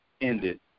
ended